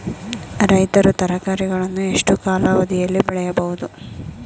ರೈತರು ತರಕಾರಿಗಳನ್ನು ಎಷ್ಟು ಕಾಲಾವಧಿಯಲ್ಲಿ ಬೆಳೆಯಬಹುದು?